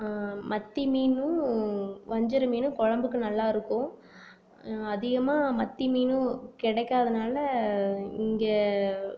மத்தி மீனும் வஞ்சரம் மீனும் குழம்புக்கு நல்லாயிருக்கும் அதிகமாக மத்தி மீனும் கிடைக்காதனால இங்கே